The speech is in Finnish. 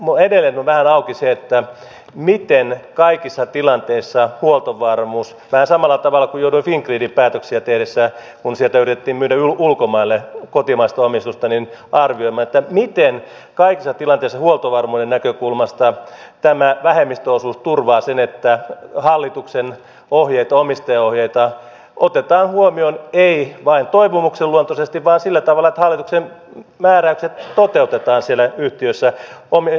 edelleen on vähän auki se miten kaikissa tilanteissa huoltovarmuus turvataan vähän samalla tavalla kuin jouduin fingridin päätöksiä tehdessä arvioimaan kun sieltä yritettiin myydä ulkomaille kotimaista omistusta miten kaikissa tilanteissa huoltovarmuuden näkökulmasta tämä vähemmistöosuus turvaa sen että hallituksen ohjeita omistajaohjeita otetaan huomioon ei vain toivomuksen luontoisesti vaan sillä tavalla että hallituksen määräykset toteutetaan siellä yhtiössä huoltovarmuuden näkökulmasta